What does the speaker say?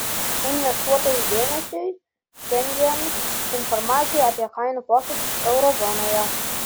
investuotojų dėmesiui šiandien informacija apie kainų pokyčius euro zonoje